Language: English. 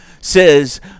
says